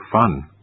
fun